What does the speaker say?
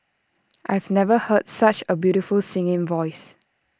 I've never heard such A beautiful singing voice